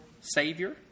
Savior